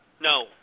no